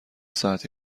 ساعتی